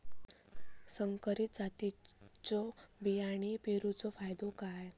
संकरित जातींच्यो बियाणी पेरूचो फायदो काय?